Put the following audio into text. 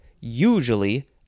usually